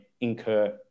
incur